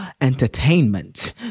entertainment